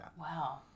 Wow